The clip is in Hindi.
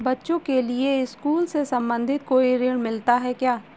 बच्चों के लिए स्कूल से संबंधित कोई ऋण मिलता है क्या?